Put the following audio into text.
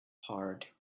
hard